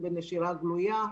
ובנשירה גלויה.